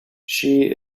she